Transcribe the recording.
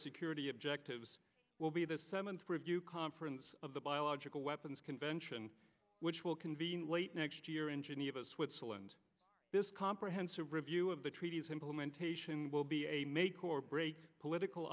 security objectives will be the seventh preview conference of the biological weapons convention which will convene late next year in geneva switzerland this comprehensive review of the treaties implementation will be a make or break political